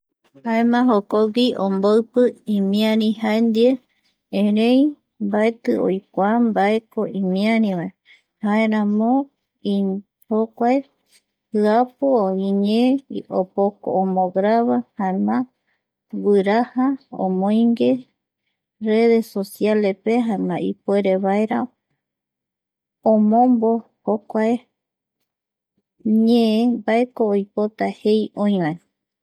Jaema jokogui omboipi imiari jae ndie erei mbaeti oikua mbaeko imiarivae, jaeramo jokuae jiapu o iñee opoko omograba jaema guiraja omboingue redes sociaespe jaema ipuerevaera. omombo jokuae ñee mbaeko oipota jei oï vae